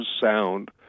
sound